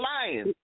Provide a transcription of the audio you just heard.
lying